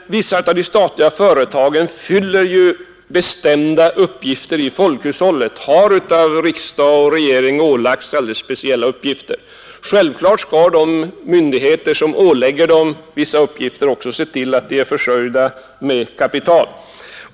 Vissa av de statliga företagen fyller bestämda uppgifter i folkhushållet. De har ålagts alldeles speciella uppgifter av riksdag och regering. Självklart skall de myndigheter som ålägger företagen vissa uppgifter också se till att företagen är försörjda med kapital.